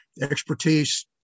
expertise